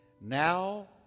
Now